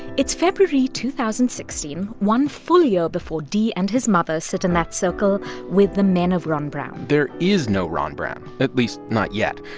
it's february two thousand and sixteen, one full year before d and his mother sit in that circle with the men of ron brown there is no ron brown, at least not yet.